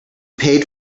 paid